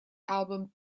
album